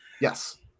yes